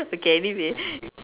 okay anyway